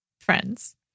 friends